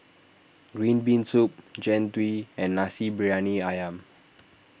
Green Bean Soup Jian Dui and Nasi Briyani Ayam